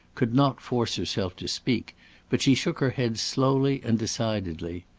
could not force herself to speak but she shook her head slowly and decidedly.